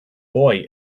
boy